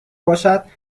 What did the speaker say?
باشد